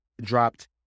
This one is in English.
dropped